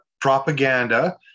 propaganda